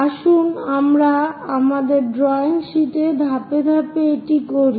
আসুন আমরা আমাদের ড্রইং শীটে ধাপে ধাপে এটি করি